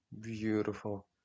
beautiful